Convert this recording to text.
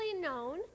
known